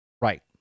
Right